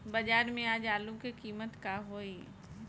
बाजार में आज आलू के कीमत का होई?